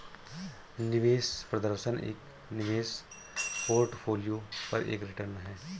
निवेश प्रदर्शन एक निवेश पोर्टफोलियो पर एक रिटर्न है